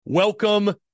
Welcome